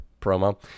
promo